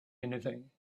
anything